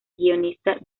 guionista